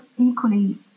equally